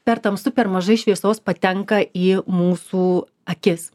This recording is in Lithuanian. per tamsu per mažai šviesos patenka į mūsų akis